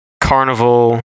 carnival